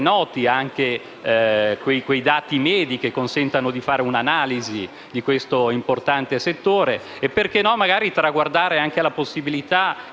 noti anche quei dati medi che consentano di fare un'analisi di questo importante settore e - perché no - magari traguardare anche la possibilità